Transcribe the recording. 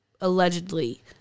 allegedly